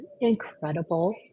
incredible